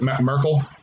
Merkel